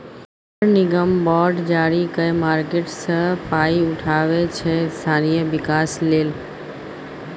नगर निगम बॉड जारी कए मार्केट सँ पाइ उठाबै छै स्थानीय बिकास लेल